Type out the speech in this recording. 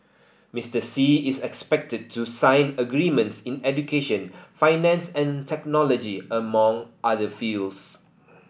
Mister Xi is expected to sign agreements in education finance and technology among other fields